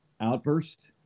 outburst